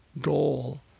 goal